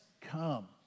come